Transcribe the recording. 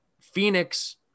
phoenix